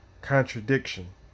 Contradiction